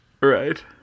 right